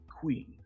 queen